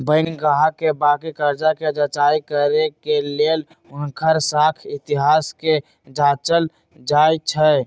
bank गाहक के बाकि कर्जा कें जचाई करे के लेल हुनकर साख इतिहास के जाचल जाइ छइ